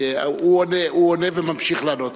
הוא עונה וממשיך לענות,